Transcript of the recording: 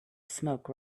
smoke